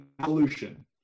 evolution